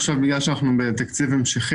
עכשיו בגלל שאנחנו בתקציב המשכי,